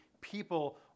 people